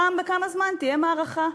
פעם בכמה זמן תהיה מערכה,